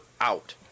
out